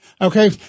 Okay